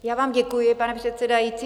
Já vám děkuji, pane předsedající.